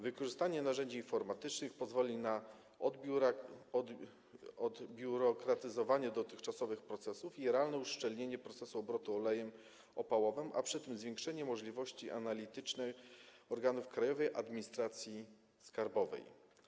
Wykorzystanie narzędzi informatycznych pozwoli na odbiurokratyzowanie dotychczasowych procedur i realne uszczelnienie obrotu olejem opałowym, a przy tym zwiększenie możliwości analitycznych organów Krajowej Administracji Skarbowej.